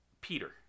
peter